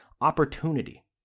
opportunity